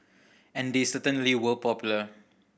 and they certainly were popular